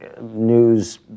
news